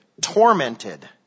tormented